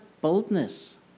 boldness